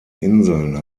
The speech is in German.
inseln